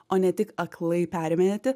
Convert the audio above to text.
o ne tik aklai periminėti